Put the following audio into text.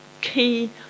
key